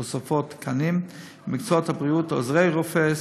תוספות תקנים, ובמקצועות הבריאות, עוזרי רופא,